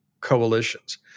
coalitions